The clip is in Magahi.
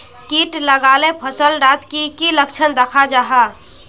किट लगाले फसल डात की की लक्षण दखा जहा?